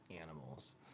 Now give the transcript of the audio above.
animals